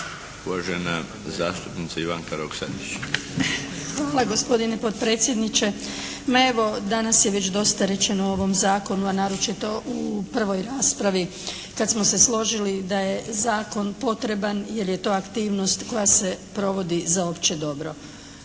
Hvala gospodine potpredsjedniče. Ma evo, danas je već dosta rečeno o ovom zakonu, a naročito u prvoj raspravi kad smo se složili da je zakon potreban jer je to aktivnost koja se provodi za opće dobro.